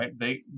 right